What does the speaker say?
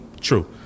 true